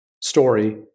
story